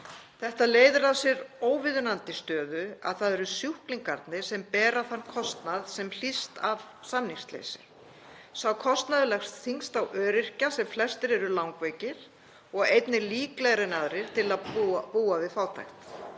Þetta leiðir af sér þá óviðunandi stöðu að það eru sjúklingarnir sem bera þann kostnað sem hlýst af samningsleysi. Sá kostnaður leggst þyngst á öryrkja sem flestir eru langveikir og einnig líklegri en aðrir til að búa við fátækt.